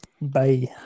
Bye